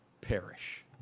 perish